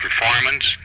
performance